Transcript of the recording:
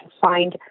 find